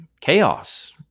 chaos